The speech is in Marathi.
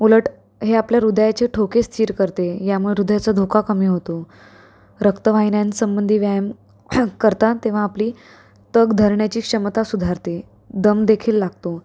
उलट हे आपल्या हृदयाचे ठोके स्थिर करते ह्यामुळं हृदयाचा धोका कमी होतो रक्तवाहिन्यांसंबंधी व्यायाम करतात तेव्हा आपली तग धरण्याची क्षमता सुधारते दम देखील लागतो